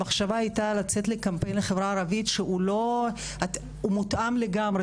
המחשבה הייתה לצאת לקמפיין לחברה הערבית שהוא מותאם לגמרי.